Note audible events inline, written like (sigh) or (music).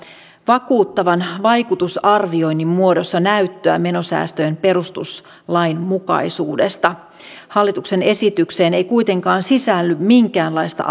vakuuttavan vaikutusarvioinnin muodossa näyttöä menosäästöjen perustuslainmukaisuudesta hallituksen esitykseen ei kuitenkaan sisälly minkäänlaista (unintelligible)